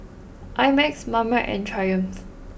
I Max Marmite and Triumph